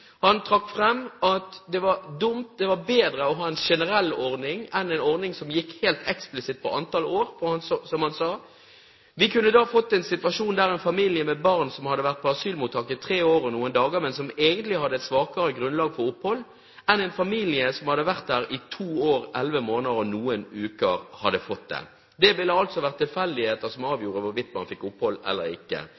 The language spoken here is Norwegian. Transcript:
Han trakk fram at det var bedre å ha en generell ordning enn en ordning som gikk helt eksplisitt på antall år, for, som han sa: «Vi kunne da ha fått en situasjon der en familie med barn som hadde vært på et asylmottak i tre år og noen dager, men som egentlig hadde et svakere grunnlag for opphold, enn en familie som hadde vært der i to år, elleve måneder og noen uker, hadde fått det. Det ville altså vært tilfeldigheter som